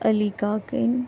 علی کاکٕنۍ